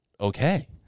okay